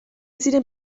ziren